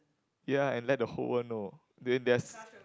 ya and let the whole world know then there's